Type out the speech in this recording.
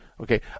Okay